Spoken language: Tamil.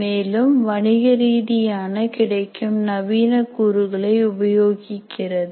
மேலும் வணிகரீதியாக கிடைக்கும் நவீன கூறுகளை உபயோகிக்கிறது